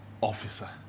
officer